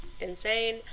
insane